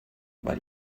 war